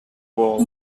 wall